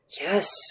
Yes